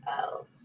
else